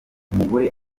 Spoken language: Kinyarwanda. umugore